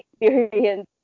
experience